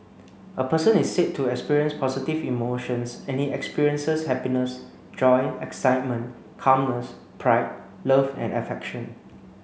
a person is said to experience positive emotions and he experiences happiness joy excitement calmness pride love and affection